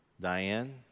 Diane